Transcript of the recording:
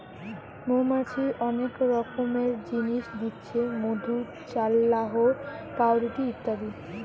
মৌমাছি অনেক রকমের জিনিস দিচ্ছে মধু, চাল্লাহ, পাউরুটি ইত্যাদি